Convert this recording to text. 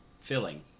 Filling